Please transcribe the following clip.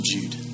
Jude